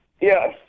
Yes